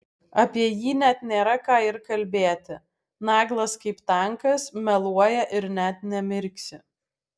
apie jį net nėra ką ir kalbėti naglas kaip tankas meluoja ir net nemirksi